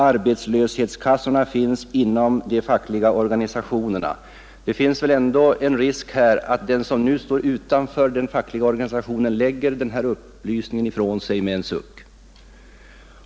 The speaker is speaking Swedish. Arbetslöshetskassor finns inom de fackliga organisationerna.” Det finns väl ändå en risk för att den som står utanför den fackliga organisationen lägger den här upplysningen ifrån sig med en suck.